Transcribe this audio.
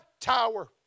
tower